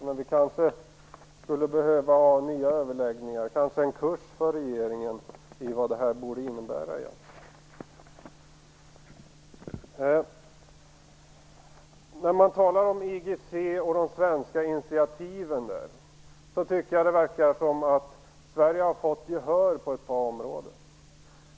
Men vi kanske skulle behöva ha nya överläggningar eller kanske en kurs för regeringen i vad det här egentligen borde innebära. När man talar om IGC och de svenska initiativen där tycker jag att det verkar som om Sverige har fått gehör på ett par områden.